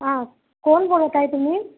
हा कोण बोलत आहात तुम्ही